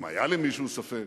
אם היה למישהו ספק,